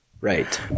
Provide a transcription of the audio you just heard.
Right